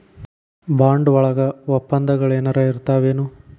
Bond ವಳಗ ವಪ್ಪಂದಗಳೆನರ ಇರ್ತಾವೆನು?